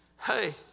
Hey